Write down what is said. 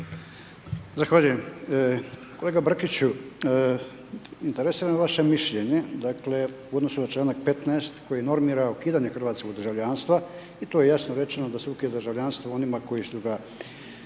Zahvaljujem, kolega Brkiću, interesira me vaše mišljenje dakle u odnosu na članak 15. koji normira ukidanje hrvatskog državljanstva i to je jasno rečeno da se ukida državljanstvo onima koji su ga